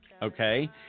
Okay